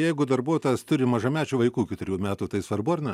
jeigu darbuotojas turi mažamečių vaikų iki trijų metų tai svarbu ar ne